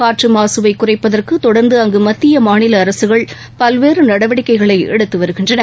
காற்று மாகவை குறைப்பதற்கு தொடர்ந்து அங்கு மத்திய மாநில அரசுகள் பல்வேறு நடவடிக்கைகளை எடுத்து வருகின்றன